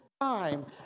time